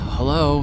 Hello